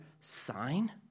sign